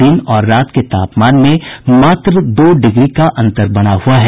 दिन और रात के तापमान में मात्र दो डिग्री का अंतर बना हुआ है